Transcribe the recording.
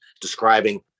describing